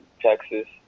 Texas